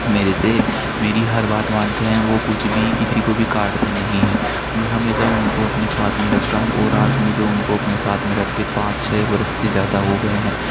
मेरे से मेरी हर बात मानते हैं वो कुछ भी किसी को भी काटते नहीं हैं मैं हमेशा उनको अपने साथ मे रखता हूँ और आज मुझे उनको अपने साथ मे रखते पाँच छः वर्ष से ज़्यादा हो गये है